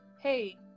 hey